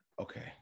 Okay